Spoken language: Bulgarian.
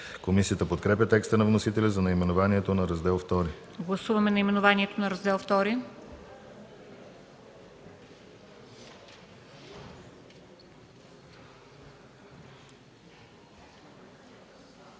комисията, в подкрепа текста на вносителя за наименованието на закона.